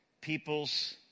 people's